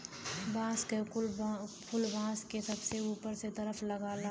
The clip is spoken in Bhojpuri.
बांस क फुल बांस के सबसे ऊपर के तरफ लगला